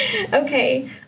Okay